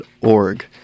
org